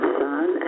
sun